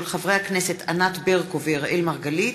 חיים ילין, יחיאל חיליק בר, מרדכי יוגב,